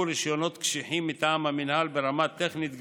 רישיונות קשיחים מטעם המינהל ברמה טכנית גבוהה.